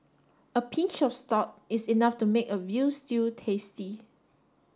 a pinch of salt is enough to make a veal stew tasty